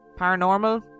Paranormal